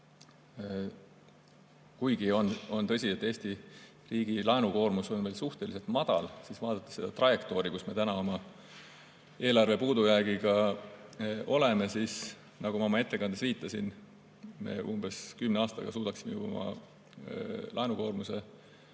Kuigi on tõsi, et Eesti riigi laenukoormus on suhteliselt madal, siis vaadates seda trajektoori, kus me täna oma eelarve puudujäägiga oleme, nagu ma oma ettekandes viitasin, me umbes kümne aastaga suudaksime oma laenukoormuse